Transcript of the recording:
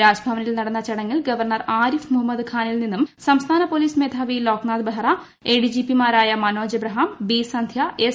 രാജ് ഭവനിൽ നടന്ന ചടങ്ങിൽ ഗവർണർ ആരിഫ് മുഹമ്മദ് ഖാനിൽ നിന്നും സംസ്ഥാന പോലീസ് മേധാവി ലോക്നാഥ് ബഹ്റ എഡിജിപിമാരായ മനോജ് എബ്രഹാം ബി സന്ധ്യ എസ്